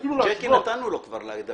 נתנו לו כבר לדבר.